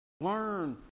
learn